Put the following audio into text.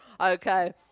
Okay